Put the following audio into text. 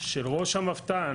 של ראש המבת"ן,